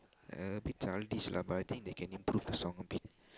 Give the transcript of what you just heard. uh a bit childish lah but I think they can improve the song a bit